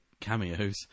cameos